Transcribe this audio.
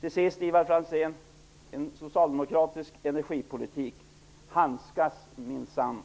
Till sist, Ivar Franzén, förs en socialdemokratisk energipolitik minsann